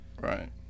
Right